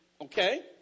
Okay